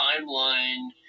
timeline